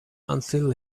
until